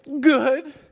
Good